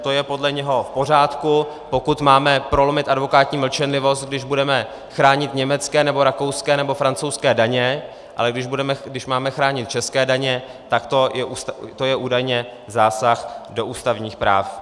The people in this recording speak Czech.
To je podle něho v pořádku, pokud máme prolomit advokátní mlčenlivost, když budeme chránit německé, rakouské nebo francouzské daně, ale když máme chránit české daně, tak to je údajně zásah do ústavních práv.